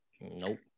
Nope